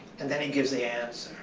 and then he gives the answer.